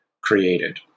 created